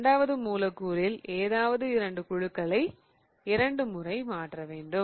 இரண்டாவது மூலக்கூறில் ஏதாவது இரண்டு குழுக்களை இரண்டு முறை மாற்றலாம்